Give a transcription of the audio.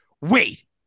Wait